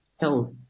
health